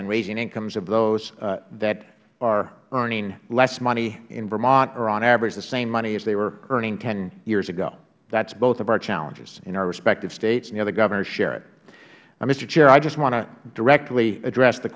and raising incomes of those that are earning less money in vermont or on average the same money as they were earning ten years ago that is both of our challenges in our respective states and the other governors share it mister chair i just want to directly address the